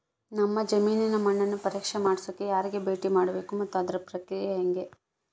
ನಮ್ಮ ಜಮೇನಿನ ಮಣ್ಣನ್ನು ಪರೇಕ್ಷೆ ಮಾಡ್ಸಕ ಯಾರಿಗೆ ಭೇಟಿ ಮಾಡಬೇಕು ಮತ್ತು ಅದರ ಪ್ರಕ್ರಿಯೆ ಹೆಂಗೆ?